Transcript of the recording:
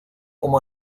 como